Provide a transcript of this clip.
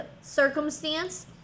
circumstance